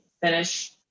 finish